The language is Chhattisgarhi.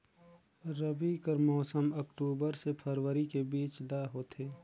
रबी कर मौसम अक्टूबर से फरवरी के बीच ल होथे